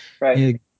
Right